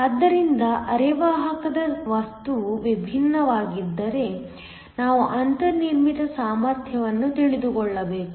ಆದ್ದರಿಂದ ಅರೆವಾಹಕದ ವಸ್ತುವು ವಿಭಿನ್ನವಾಗಿದ್ದರೆ ನಾವು ಅಂತರ್ನಿರ್ಮಿತ ಸಾಮರ್ಥ್ಯವನ್ನು ತಿಳಿದುಕೊಳ್ಳಬೇಕು